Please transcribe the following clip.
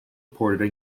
reported